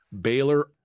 Baylor